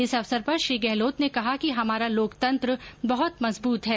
इस अवसर पर श्री गहलोत ने कहा कि हमारा लोकतंत्र बहुत मजबूत है